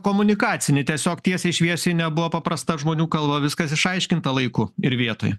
komunikacinį tiesiog tiesiai šviesiai nebuvo paprasta žmonių kalba viskas išaiškinta laiku ir vietoj